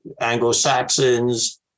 Anglo-Saxons